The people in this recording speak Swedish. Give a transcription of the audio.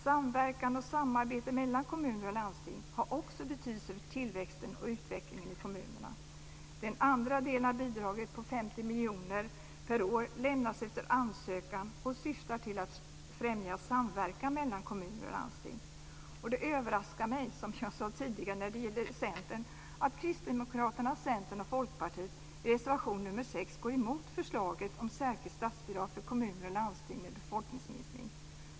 Samverkan och samarbete mellan kommuner och landsting har också betydelse för tillväxten och utvecklingen i kommunerna. Den andra delen av bidraget på 50 miljoner per år lämnas efter ansökan och syftar till att främja samverkan mellan kommuner och landsting. Det överraskar mig, som jag sade tidigare när det gällde Centern, att Kristdemokraterna, Centern och Folkpartiet, i reservation 6 går emot förslaget om särskilt statsbidrag för kommuner och landsting med befolkningsminskning.